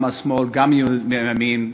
גם מהשמאל וגם מהימין,